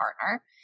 partner